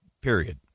Period